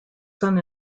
son